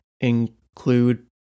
include